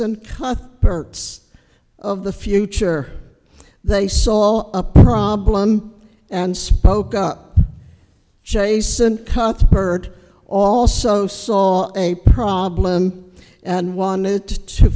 hertz of the future they saw a problem and spoke up jason cuts bird also saw a problem and wanted to